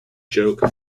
joke